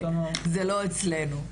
זה לא אצלנו.